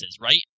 right